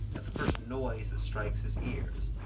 at the first noise that strikes his ears.